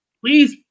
please